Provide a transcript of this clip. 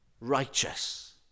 righteous